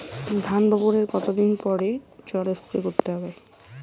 ধান বপনের কতদিন পরে জল স্প্রে করতে হবে?